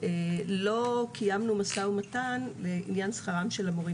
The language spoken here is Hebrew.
לא קיימנו משא ומתן לעניין שכרם של המורים